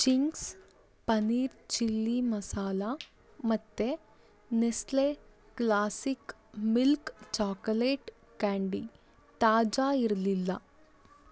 Ching's paneer chilli masala ಮತ್ತು Nestle classic milk chocolate candy ತಾಜಾ ಇರಲಿಲ್ಲ